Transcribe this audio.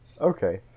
okay